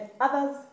others